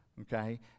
okay